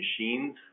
machines